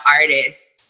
artists